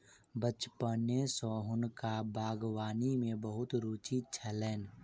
बचपने सॅ हुनका बागवानी में बहुत रूचि छलैन